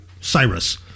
Cyrus